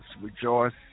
rejoice